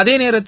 அதேநேரத்தில்